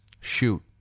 shoot